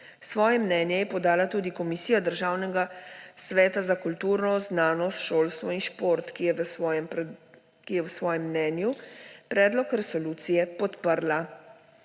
Svoje mnenje je podala tudi Komisija Državnega sveta za kulturo, znanost, šolstvo in šport, ki je v svojem mnenju predlog resolucije podprla.